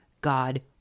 God